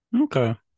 okay